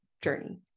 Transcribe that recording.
journey